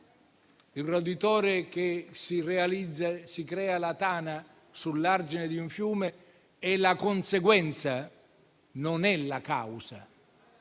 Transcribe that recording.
Il roditore che si crea la tana sull'argine di un fiume è la conseguenza, non è la causa.